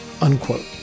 unquote